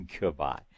Goodbye